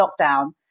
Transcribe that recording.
lockdown